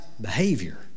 behavior